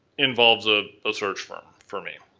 involves ah a search firm for me.